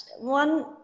one